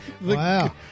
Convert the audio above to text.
Wow